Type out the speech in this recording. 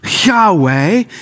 Yahweh